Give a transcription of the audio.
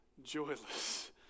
joyless